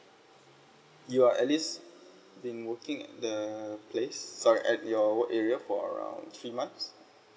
you are at least been working the place sorry at your work area for around three months